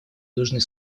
южный